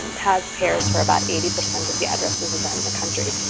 has pairs for about eighty percent of the addresses and in the country.